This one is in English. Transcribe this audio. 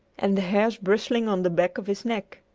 and the hairs bristling on the back of his neck.